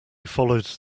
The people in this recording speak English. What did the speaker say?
followed